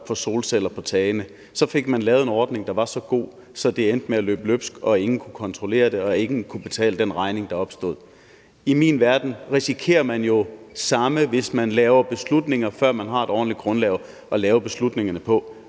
fra solceller på tagene. Så fik man lavet en ordning, der var så god, at det endte med at løbe løbsk og ingen kunne kontrollere det og ingen kunne betale den regning, der opstod. I min verden risikerer man jo det samme, hvis man laver beslutninger, før man har et ordentligt grundlag at tage beslutningerne på.